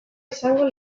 izango